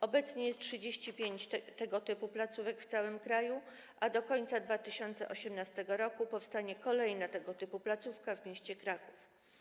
Obecnie jest 35 tego typu placówek w całym kraju, a do końca 2018 r. powstanie kolejna tego typu placówka w mieście Kraków.